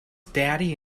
daddy